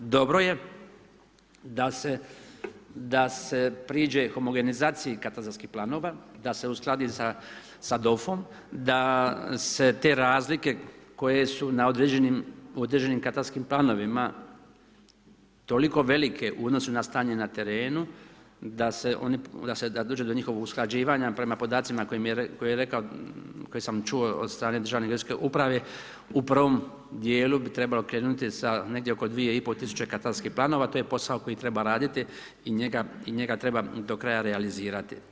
Dobro je da će priđe homogenizaciji katastarskih planova, da se uskladi sa DOF-om, da se te razlike koje su na određenim katastarskim planovima, toliko velike u odnosu na stanje na terenu da se oni, da dođe do njihovog usklađivanja prema podacima koje sam čuo od strane Državne geodetske uprave u prvom dijelu bi trebalo krenuti negdje sa negdje oko 2,5 tisuće katastarskih planova, to je posao koji treba raditi i njega treba do kraja realizirati.